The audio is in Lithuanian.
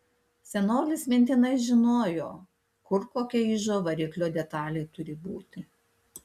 senolis mintinai žinojo kur kokia ižo variklio detalė turi būti